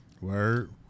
Word